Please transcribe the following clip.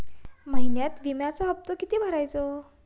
महिन्यात विम्याचो हप्तो किती भरायचो?